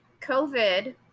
COVID